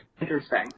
Interesting